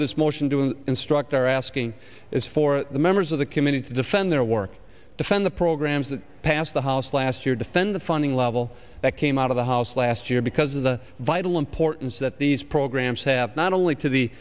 of this motion to instruct are asking is for the members of the committee to defend their work defend the programs that passed the house last year defend the funding level that came out of the house last year because of the vital importance that these programs have not only to the